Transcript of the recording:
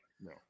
No